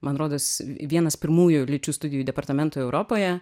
man rodos vienas pirmųjų lyčių studijų departamentų europoje